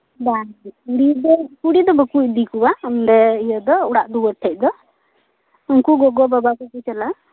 ᱵᱟᱝ ᱠᱩᱲᱤ ᱫᱚ ᱠᱩᱲᱤ ᱫᱚ ᱵᱟᱠᱚ ᱤᱫᱤ ᱠᱚᱣᱟ ᱚᱸᱰᱮ ᱤᱭᱟᱹ ᱫᱚ ᱚᱲᱟᱜ ᱫᱩᱣᱟᱹᱨ ᱴᱷᱮᱡ ᱫᱚ ᱩᱱᱠᱩ ᱜᱚᱜᱚ ᱵᱟᱵᱟ ᱜᱮᱠᱚ ᱪᱟᱞᱟᱜᱼᱟ